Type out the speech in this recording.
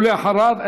ואחריו,